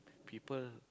people